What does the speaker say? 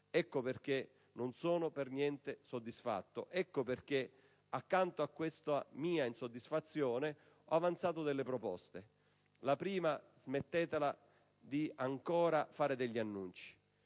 Ecco perché non sono per niente soddisfatto. Ecco perché, accanto a questa mia insoddisfazione, ho avanzato delle proposte. La prima: smettetela di fare ancora degli annunci.